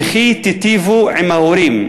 וכי תיטיבו עם ההורים.